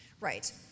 right